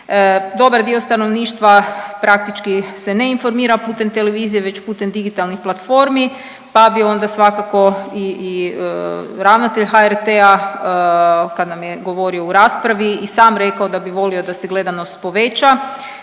Dobar dio stanovništva praktički se ne informira putem televizije već putem digitalnih platformi, pa bi onda svakako i ravnatelj HRT-a kad nam je govorio u raspravi i sam rekao da bi volio da se gledanost poveća